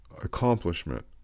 accomplishment